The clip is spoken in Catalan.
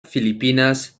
filipines